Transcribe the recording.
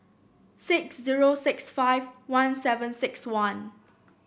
six zero six five one seven six one